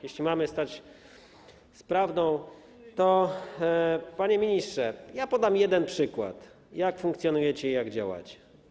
Jeśli mamy stać w prawdzie, to, panie ministrze, podam jeden przykład, jak funkcjonujecie i jak działacie.